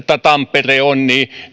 tampere ovat